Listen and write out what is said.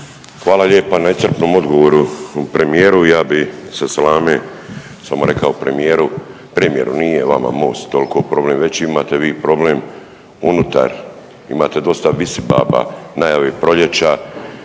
Hvala lijepa na odgovoru premijeru. Ja bih sa salame samo rekao premijeru, premijeru nije vama Most toliki problem, veći imate vi problem unutar, imate dosta visibaba, najave proljeća.